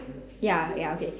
ya ya okay